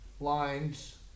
lines